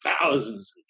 thousands